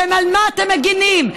על מה אתם מגינים?